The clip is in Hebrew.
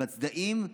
בצדעיים,